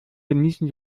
genießen